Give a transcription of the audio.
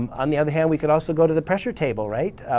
on the other hand, we could also go to the pressure table, right?